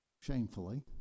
shamefully